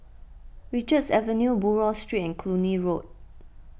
Richards Avenue Buroh Street and Cluny Road